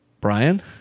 Brian